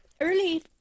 early